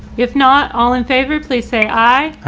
if not all in favor, please say aye.